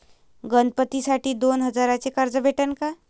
गणपतीसाठी दोन हजाराचे कर्ज भेटन का?